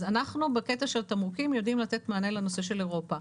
אז אנחנו בקטע של תמרוקים יודעים לתת מענה בנושא של אירופה.